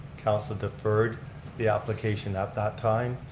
council deferred the application at that time.